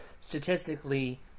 statistically